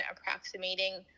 approximating